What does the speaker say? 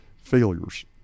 failures